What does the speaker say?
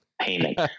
payment